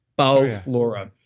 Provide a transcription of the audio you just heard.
bowel flora.